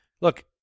look